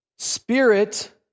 Spirit